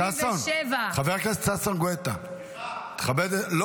ששון, חבר הכנסת ששון גואטה, תכבד את --- סליחה.